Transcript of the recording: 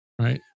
Right